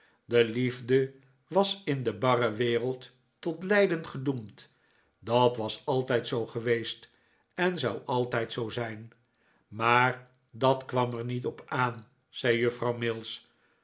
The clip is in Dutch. de liefde was in de barre wereld tot lijden gedoemd dat was altijd zoo geweest en zou altijd zoo zijn maar dat kwam er niet op aan zei juffrouw mills